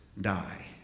die